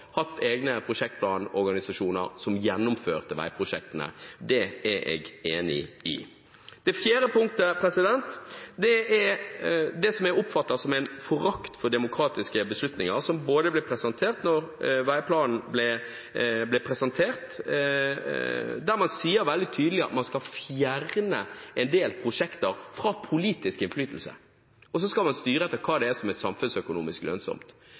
hatt egne prosjektplanorganisasjoner som gjennomførte veiprosjektene. Det er jeg enig i. Det fjerde punktet er det som jeg oppfatter som en forakt for demokratiske beslutninger, som kom fram da veiplanen ble presentert, der man sier veldig tydelig at man skal fjerne en del prosjekter fra politisk innflytelse, og så skal man styre etter hva som er samfunnsøkonomisk lønnsomt.